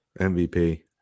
MVP